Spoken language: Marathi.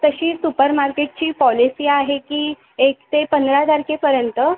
तशी सुप्पर मार्केटची पॉलिसी आहे की एक ते पंधरा तारखेपर्यंत